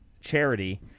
charity